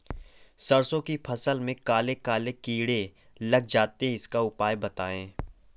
सरसो की फसल में काले काले कीड़े लग जाते इसका उपाय बताएं?